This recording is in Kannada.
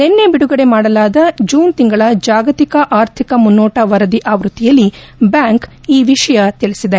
ನಿನ್ನೆ ಬಿಡುಗಡೆ ಮಾಡಲಾದ ಜೂನ್ ತಿಂಗಳ ಜಾಗತಿಕ ಆರ್ಥಿಕ ಮುನ್ನೋಟ ವರದಿ ಆವೃತ್ತಿಯಲ್ಲಿ ಬ್ಲಾಂಕ್ ಈ ವಿಷಯ ತಿಳಿಸಿದೆ